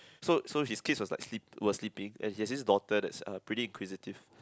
so so his kids was like sleep was sleeping and he has this daughter that's uh pretty inquisitive